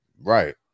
Right